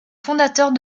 fondateurs